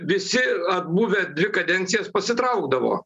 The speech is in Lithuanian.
visi buvę dvi kadencijas pasitraukdavo